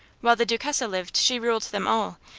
while the duchessa lived she ruled them all,